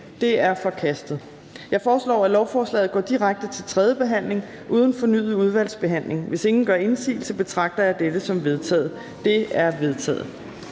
De er forkastet. Jeg foreslår, at lovforslaget går direkte til tredje behandling uden fornyet udvalgsbehandling. Hvis ingen gør indsigelse, betragter jeg dette som vedtaget. Det er vedtaget.